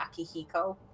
akihiko